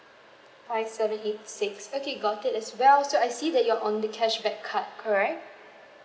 five seven eight six okay got it as well so I see that you are on the cashback card correct